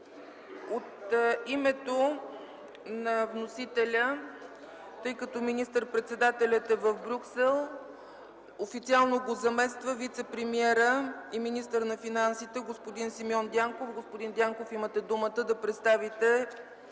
НА РЕПУБЛИКА БЪЛГАРИЯ. Тъй като министър-председателят е в Брюксел, официално го замества вицепремиерът и министър на финансите господин Симеон Дянков. Господин Дянков, заповядайте да представите